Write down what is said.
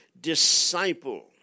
disciple